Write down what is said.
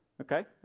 Okay